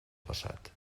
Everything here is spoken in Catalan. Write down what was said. passat